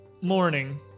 morning